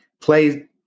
play